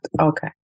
Okay